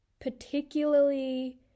particularly